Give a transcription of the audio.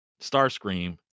Starscream